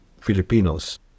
filipinos